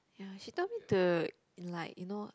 she told me to like you know